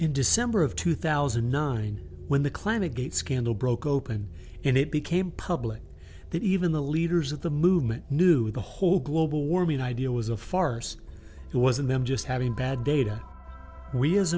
in december of two thousand and nine when the climate gate scandal broke open and it became public that even the leaders of the movement knew the whole global warming idea was a farce it was a member just having bad data we as